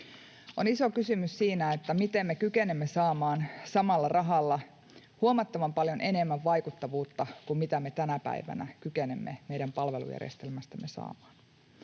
On iso kysymys, miten me kykenemme saamaan samalla rahalla huomattavan paljon enemmän vaikuttavuutta kuin mitä me tänä päivänä kykenemme meidän palvelujärjestelmästämme saamaan.